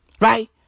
right